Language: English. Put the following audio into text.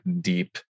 deep